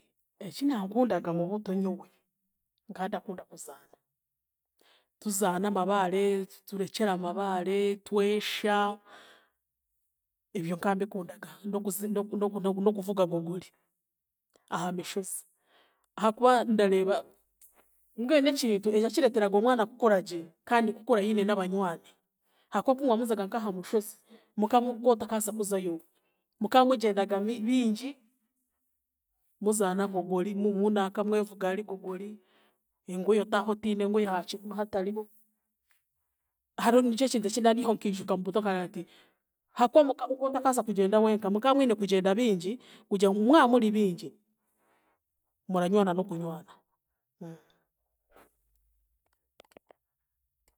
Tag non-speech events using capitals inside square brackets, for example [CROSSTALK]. Eki nankundaga mu buto nyowe, nka ndakunda kuzaana. Tuzaana amabaare, turekyera amabaare, twesha, ebyo nkambikundaga nokuzi-, noku-, noku-, nokuvuga gogori aha mishozi ahakuba ndareeba mbwenu n'ekintu ekyakireeteraga omwana kukoragye kandi kukura aine n'abanywani hakuba kumwamuzaga nk'aha mushozi, muka okotakabaasa kuzayo omwe, muka mugyendaga bi- bingi muzaana gogori munanka mwevuga ahari gogori engoyi otaaha otine engoyi ha kibunu hatariho, hariho nikyo kintu kinda ndyaho nkiijuka mubuto nkagira nti hakuba aha rushozi okotakaabaasa kugyenda wenka, mukamwine kugyenda bingi kugira ngu mwamuri bingi, muranywana n'okunywana. [HESITATION]